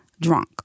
drunk